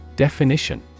Definition